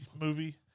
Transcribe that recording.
movie